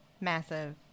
massive